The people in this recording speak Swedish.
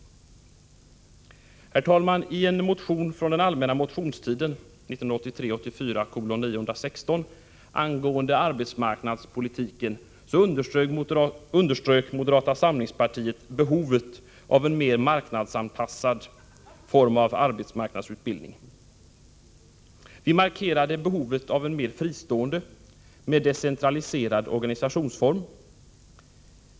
Herr talman! I en motion från den allmänna motionstiden, 1983/84:916, angående arbetsmarknadspolitiken underströk moderata samlingspartiet behovet av en mer marknadsanpassad form av arbetsmarknadsutbildningen. Vi markerade behovet av en mer fristående, mer decentraliserad organisationsform.